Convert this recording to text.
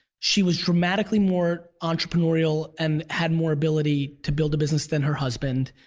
she was dramatically more entrepreneurial and had more ability to build a business than her husband.